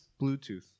Bluetooth